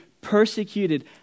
persecuted